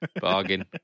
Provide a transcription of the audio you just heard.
bargain